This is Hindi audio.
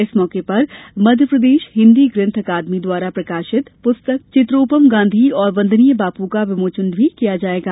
इस मौके पर मध्यप्रदेश हिन्दी ग्रन्थ अकादमी द्वारा प्रकाशित पुस्तक चित्रोपम गांधी और वंदनीय बापू का विमोचन भी किया जायेगा